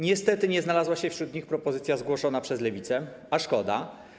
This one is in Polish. Niestety nie znalazła się wśród nich propozycja zgłoszona przez Lewicę, a szkoda.